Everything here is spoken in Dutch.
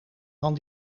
van